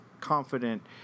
confident